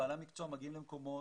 בעלי המקצוע מגיעים למקומות,